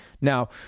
Now